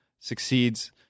succeeds